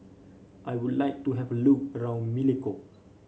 I would like to have a look around Melekeok